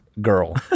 girl